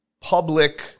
public